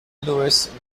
louise